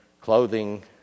clothing